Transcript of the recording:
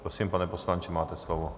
Prosím, pane poslanče, máte slovo.